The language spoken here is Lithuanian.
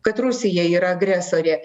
kad rusija yra agresorė